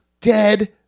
dead